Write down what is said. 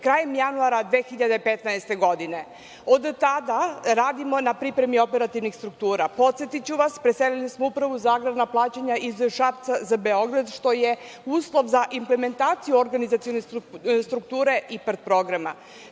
krajem januara 2015. godine. Od tada radimo na pripremi operativnih struktura. Podsetiću vas, preselili smo Upravu za agrarna plaćanja iz Šapca za Beograd, što je uslov za implementaciju organizacione strukture IPARD programa. Vlada